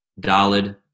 Dalid